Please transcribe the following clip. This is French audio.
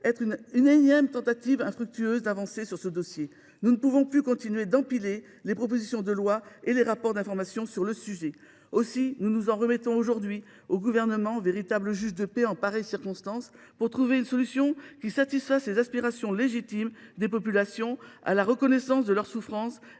une énième tentative infructueuse d’avancer sur ce dossier. Nous ne pouvons plus continuer à empiler les propositions de loi et les rapports d’information sur le sujet. Aussi, nous nous en remettons aujourd’hui au Gouvernement, véritable juge de paix en pareille circonstance, pour trouver une solution qui satisfasse les aspirations légitimes des populations à la reconnaissance de leur souffrance